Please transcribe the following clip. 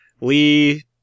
Lee